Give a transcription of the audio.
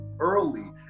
Early